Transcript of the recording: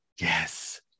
yes